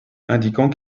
indiquant